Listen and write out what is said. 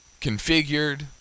configured